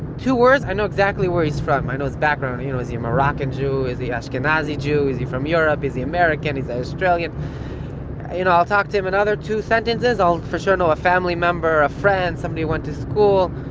two words, i know exactly where he's from, i know his background, you know, is he a moroccan jew, is he ashkenazi jew, is he from europe, is he american, is he australian. you know i'll talk to him another two sentences, i'll for sure know a family member, a friend, somebody who went to school.